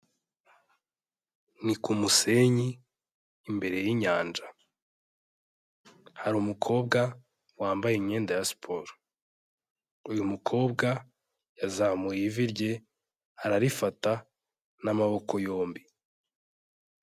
Ni ku musenyi, imbere y'inyanja. Hari umukobwa, wambaye imyenda ya siporo. Uyu mukobwa, yazamuye ivi rye, ararifata n'amaboko yombi.